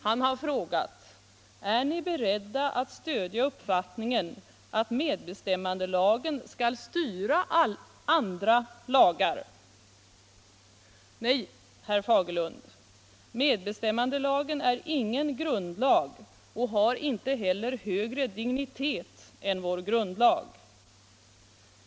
Han har frågat: Är ni beredda att stödja uppfattningen att medbestämmandelagen skall styra andra lagar? Nej, herr Fagerlund. Medbestämmandelagen är ingen grundlag och har inte heller högre dignitet än vår grundlag.